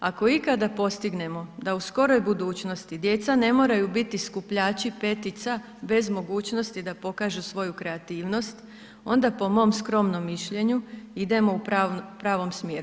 Ako ikada postignemo da u skoroj budućnosti djeca ne moraju biti skupljači petica bez mogućnosti da pokažu svoju kreativnost onda po mom skromnom mišljenju idemo u pravom smjeru.